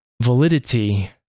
validity